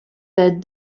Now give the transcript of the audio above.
that